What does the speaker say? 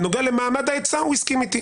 בנוגע למעמד העצה הוא הסכים איתי.